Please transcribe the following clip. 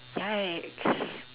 yikes